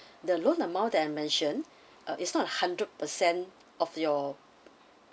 the loan amount that I mention uh it's not hundred percent of your